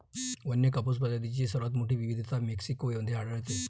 वन्य कापूस प्रजातींची सर्वात मोठी विविधता मेक्सिको मध्ये आढळते